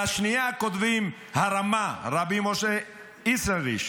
על השנייה כותבים: הרמ"א, רבי משה איסרליש,